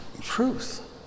truth